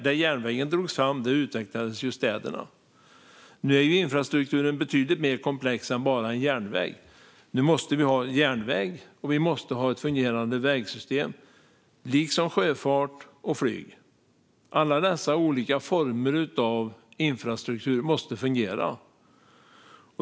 Där järnvägen drogs fram utvecklades städerna. Nu är infrastrukturen betydligt mer komplex än bara en järnväg. Nu måste vi ha järnväg och ett fungerande vägsystem liksom sjöfart och flyg. Alla dessa olika former av infrastruktur måste fungera.